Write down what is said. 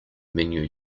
menu